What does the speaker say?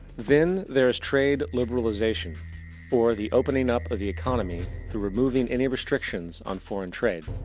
then there is trade liberalization or the opening up of the economy through removing any restrictions on foreign trade.